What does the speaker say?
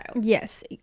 Yes